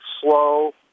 slow